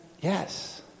Yes